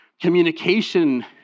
communication